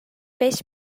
beş